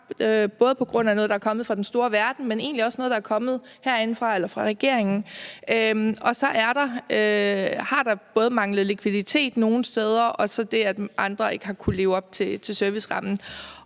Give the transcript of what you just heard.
både på grund af noget, der er kommet fra den store verden, men egentlig også noget, der er kommet herindefra eller fra regeringen. Så har der både manglet likviditet nogle steder, og så har andre ikke kunnet leve op til servicerammen,